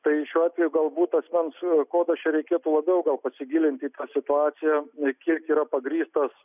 tai šiuo atveju galbūt asmens kodo čia reikėtų labiau gal pasigilinti į situaciją kiek yra pagrįstas